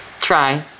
try